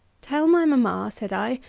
tell my mamma, said i,